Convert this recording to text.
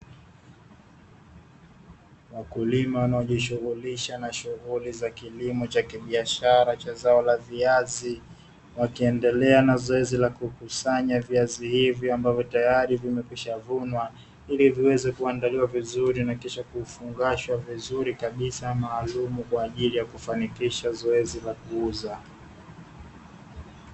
Wakulima wanaojishughulisha na shughuli za kilimo cha kibiashara cha zao la viazi, wakiendelea na zoezi lakukusanya viazi hivyo ambavyo tayari vimekishavunwa ili viweze kuandaliwa vizuri ,na kisha kuvifungasha vizuri kabisa maalumu kwa ajili ya kufanikisha zoezi la kuuza.